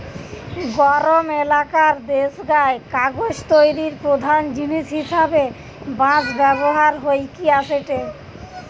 গরম এলাকার দেশগায় কাগজ তৈরির প্রধান জিনিস হিসাবে বাঁশ ব্যবহার হইকি আসেটে